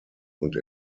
und